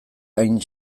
hain